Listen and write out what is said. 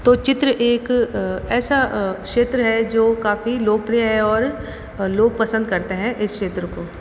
तो चित्र एक ऐसा क्षेत्र है जो काफ़ी लोकप्रिय है और लोग पसंद करते हैं इस क्षेत्र को